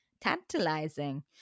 tantalizing